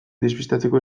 despistatzeko